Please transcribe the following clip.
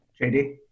JD